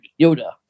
Yoda